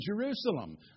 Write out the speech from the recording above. Jerusalem